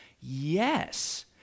Yes